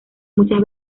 muchas